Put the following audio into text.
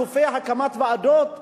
אלופי הקמת ועדות,